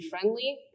friendly